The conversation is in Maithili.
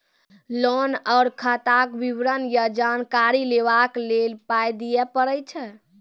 लोन आर खाताक विवरण या जानकारी लेबाक लेल पाय दिये पड़ै छै?